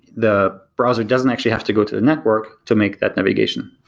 the browser doesn't actually have to go to the network to make that navigation,